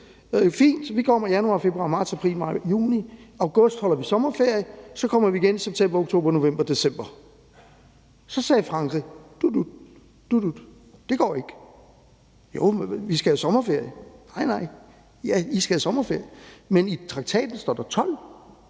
Fint, vi kommer i januar, februar, marts, april, maj og juni; i august holder vi sommerferie, og så kommer vi igen i september, oktober, november og december. Så sagde Frankrig, at det går ikke. Men hvad så med sommerferien? lød spørgsmålet. De sagde: Ja, I skal have sommerferie, men i traktaten står der 12,